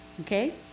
Okay